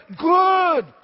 good